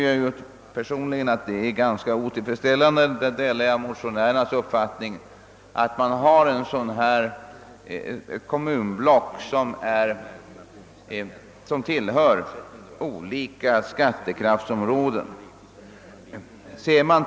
jag personligen tycker att det är otillfredsställande — därvid delar jag motionärernas uppfattning — att i ett kommunblock ha kommuner som tillhör olika skattekraftsområden.